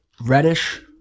Reddish